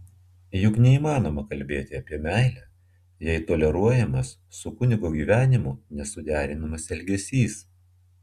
juk neįmanoma kalbėti apie meilę jei toleruojamas su kunigo gyvenimu nesuderinamas elgesys